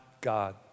God